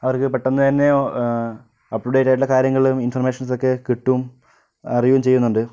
അവർക്ക് പെട്ടന്ന് തന്നെ അപ്പ്റ്റുടേറ്റായിട്ടുള്ള കാര്യങ്ങളും ഇൻഫൊർമേഷൻസൊക്കെ കിട്ടും അറിയുകയും ചെയ്യുന്നുണ്ട്